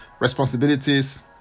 responsibilities